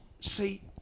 see